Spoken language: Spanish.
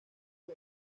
del